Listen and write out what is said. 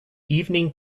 evening